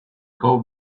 call